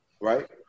right